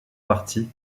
parti